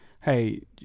hey